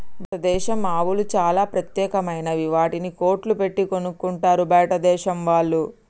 భారతదేశం ఆవులు చాలా ప్రత్యేకమైనవి వాటిని కోట్లు పెట్టి కొనుక్కుంటారు బయటదేశం వాళ్ళు